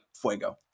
Fuego